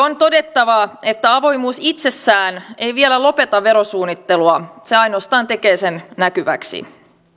on todettava että avoimuus itsessään ei vielä lopeta verosuunnittelua se ainoastaan tekee sen näkyväksi